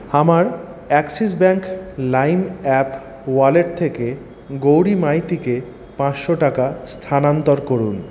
আমার Axis bank Lime app wallet থেকে গৌরী মাইতিকে পাঁচশো টাকা স্থানান্তর করুন